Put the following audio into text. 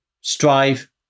Strive